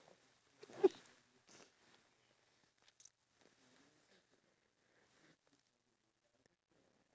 like for example in the healthcare industry or just because the government knows that singapore is an ageing population